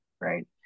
right